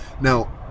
Now